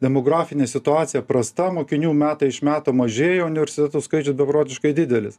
demografinė situacija prasta mokinių metai iš metų mažėja o universitetų skaičių beprotiškai didelis